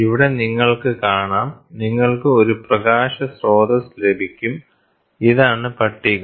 ഇവിടെ നിങ്ങൾക്ക് കാണാം നിങ്ങൾക്ക് ഒരു പ്രകാശ സ്രോതസ്സ് ലഭിക്കും ഇതാണ് പട്ടിക